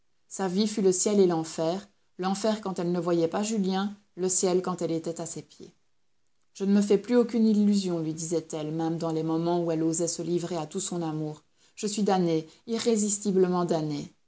sa vie fut le ciel et l'enfer l'enfer quand elle ne voyait pas julien le ciel quand elle était à ses pieds je ne me fais plus aucune illusion lui disait-elle même dans les moments où elle osait se livrer à tout son amour je suis damnée irrésistiblement damnée